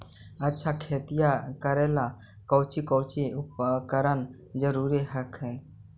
अच्छा खेतिया करे ला कौची कौची उपकरण जरूरी हखिन?